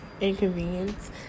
inconvenience